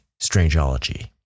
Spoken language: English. strangeology